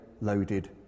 loaded